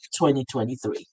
2023